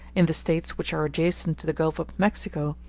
in the states which are adjacent to the gulf of mexico,